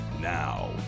Now